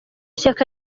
shyaka